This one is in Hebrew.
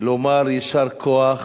אני רוצה לומר יישר כוח